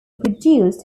produced